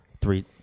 three